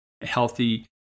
healthy